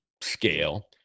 scale